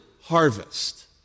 harvest